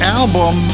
album